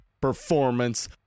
Performance